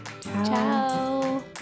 ciao